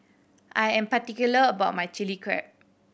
I am particular about my Chilli Crab